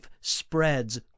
spreads